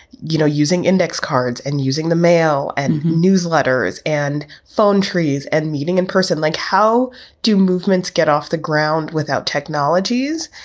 you know, using index cards and using the mail and newsletters and phone trees and meeting in person like how do movements get off the ground without technologies?